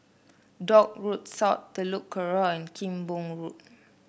Dock Road South Telok Kurau and Kim Pong Road